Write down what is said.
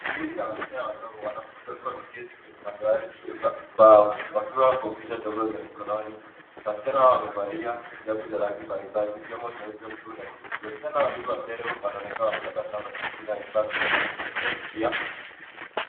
Kundi la wasichana wadogo wanafunzi wakiwa wameketi wakiwa wameketi kwenye madawati ya mbao wakiwa kompyuta ndogo za mikononi. Wasichana hawa wamevalia hijabu za rangi mbalimbali zikiwemo nyeupe, blue na nyekundu. Wasichana wawili wa mbele wanaonekana wakitabasamu na kujifunza vifaa vya kiteknolojia.